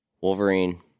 Wolverine